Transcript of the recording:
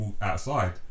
outside